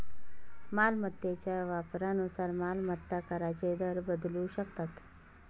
मालमत्तेच्या वापरानुसार मालमत्ता कराचे दर बदलू शकतात